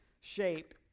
shape